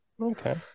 Okay